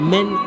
Men